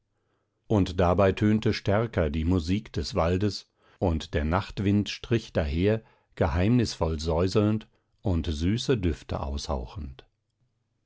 und dabei tönte stärker die musik des waldes und der nachtwind strich daher geheimnisvoll säuselnd und süße düfte aushauchend